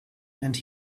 and